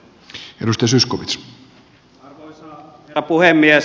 arvoisa herra puhemies